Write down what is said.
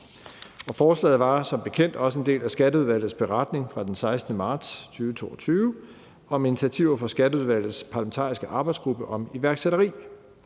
Forslaget var som bekendt også en del af Skatteudvalgets beretning fra den 16. marts 2022 om initiativer fra Skatteudvalgets parlamentariske arbejdsgruppe om iværksætteri,